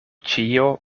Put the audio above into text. ĉio